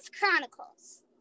Chronicles